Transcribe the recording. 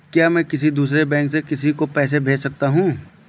क्या मैं किसी दूसरे बैंक से किसी को पैसे भेज सकता हूँ?